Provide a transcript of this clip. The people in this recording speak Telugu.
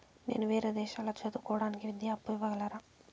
నేను వేరే దేశాల్లో చదువు కోవడానికి విద్యా అప్పు ఇవ్వగలరా?